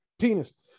penis